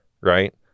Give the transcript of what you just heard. right